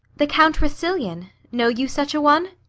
the count rousillon. know you such a one?